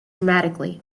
dramatically